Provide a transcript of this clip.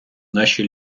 наші